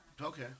Okay